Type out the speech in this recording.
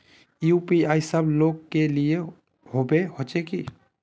UPI सब लोग के लिए होबे होचे की?